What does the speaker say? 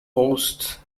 hosts